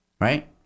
Right